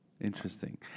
Interesting